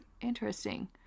Interesting